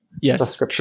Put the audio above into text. Yes